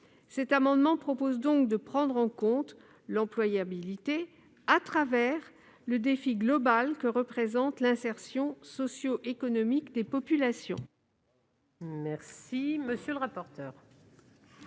cet amendement proposent donc de prendre en compte l'employabilité à travers le défi global que représente l'insertion socio-économique des populations.